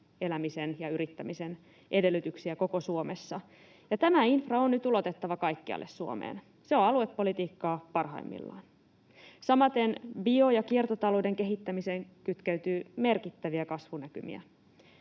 elämisen ja yrittämisen edellytyksiä koko Suomessa. Ja tämä infra on nyt ulotettava kaikkialle Suomeen. Se on aluepolitiikkaa parhaimmillaan. Samaten bio- ja kiertotalouden kehittämiseen kytkeytyy merkittäviä kasvunäkymiä